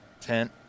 tent